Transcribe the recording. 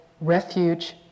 refuge